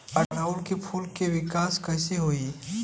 ओड़ुउल के फूल के विकास कैसे होई?